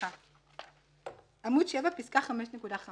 עמוד 7 פסקה 5.5